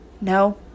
no